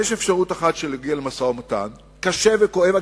אפשרות אחת, להגיע למשא-ומתן קשה וכואב.